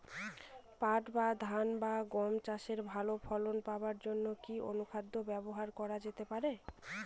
পাট বা ধান বা গম চাষে ভালো ফলন পাবার জন কি অনুখাদ্য ব্যবহার করা যেতে পারে?